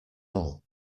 all